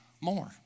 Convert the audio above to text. more